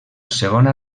segona